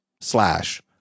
slash